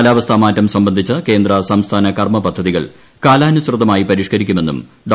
കാലാവസ്ഥാ മാറ്റം സംബന്ധിച്ച കേന്ദ്ര സംസ്ഥാന കർമ്മ പദ്ധതികൾ കാലാനുസൃതമായി പരിഷ്കരിക്കുമെന്നും ഡോ